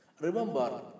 Remember